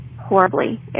horribly